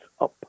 up